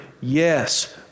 Yes